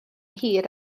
hir